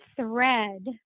thread